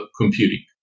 computing